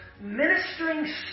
ministering